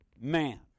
man